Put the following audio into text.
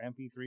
MP3